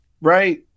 Right